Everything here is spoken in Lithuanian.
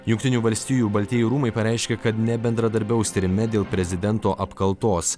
jungtinių valstijų baltieji rūmai pareiškė kad nebendradarbiaus tyrime dėl prezidento apkaltos